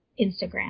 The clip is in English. Instagram